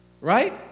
Right